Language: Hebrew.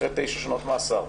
אחרי 8 שנות מאסר,